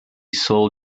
sole